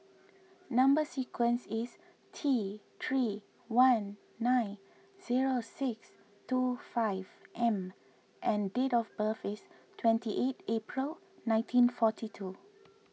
Number Sequence is T three one nine zero six two five M and date of birth is twenty eight April nineteen forty two